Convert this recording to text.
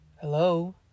Hello